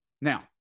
Now